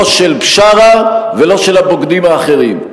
לא של בשארה ולא של הבוגדים האחרים.